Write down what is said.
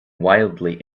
wildly